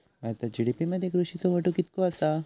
भारतात जी.डी.पी मध्ये कृषीचो वाटो कितको आसा?